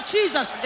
Jesus